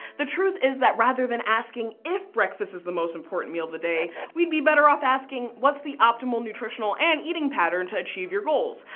the truth is that rather than asking is breakfast is the most important meal of the day, we'd be better off asking what's the optimal nutritional and eating pattern to achieve your goals?